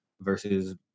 versus